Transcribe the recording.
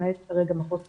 למעט כרגע מחוז צפון.